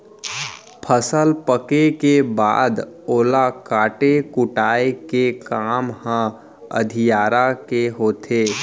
फसल पके के बाद ओला काटे कुटाय के काम ह अधियारा के होथे